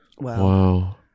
Wow